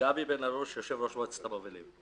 גבי בן הרוש, יושב-ראש מועצת המובילים.